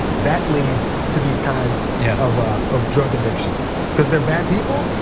that leads to these kinds yeah of ah of drug addictions, cuz they're bad people?